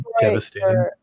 devastating